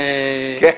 כן.